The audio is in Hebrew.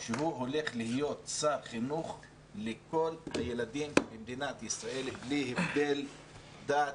שהוא הולך להיות שר חינוך לכל הילדים במדינת ישראל בלי הבדל דת,